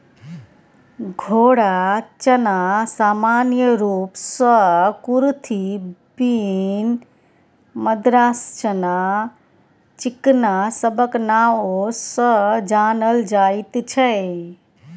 घोड़ा चना सामान्य रूप सँ कुरथी, बीन, मद्रास चना, चिकना सबक नाओ सँ जानल जाइत छै